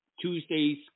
Tuesday's